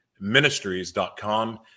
ministries.com